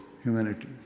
humanity